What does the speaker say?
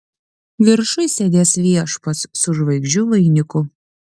viršuj sėdės viešpats su žvaigždžių vainiku